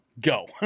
go